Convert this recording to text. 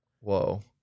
Whoa